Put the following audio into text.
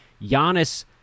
Giannis